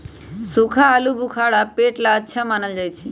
सूखा आलूबुखारा पेट ला अच्छा मानल जा हई